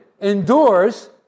endures